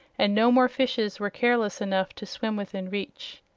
and no more fishes were careless enough to swim within reach.